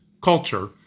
culture